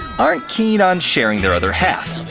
aren't keen on sharing their other half.